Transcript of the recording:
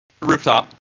rooftop